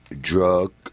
drug